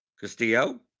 Castillo